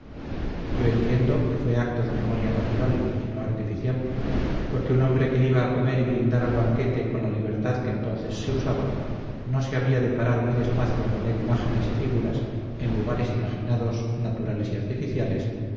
yo entiendo que fue acto de memoria natural y no artificial porque un hombre que iba a comer y brindar al banquete con la libertad que entonces se usaba no se había de parar muy despacio a poner imágenes y figuras en lugares imaginados naturales y artificiales